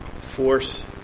force